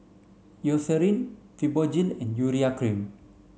Eucerin Fibogel and Urea cream